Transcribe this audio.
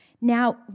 Now